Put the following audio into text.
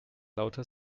lauter